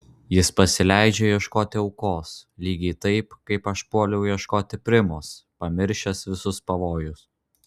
jis pasileidžia ieškoti aukos lygiai taip kaip aš puoliau ieškoti primos pamiršęs visus pavojus